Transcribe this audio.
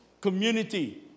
community